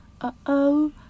Uh-oh